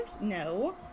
no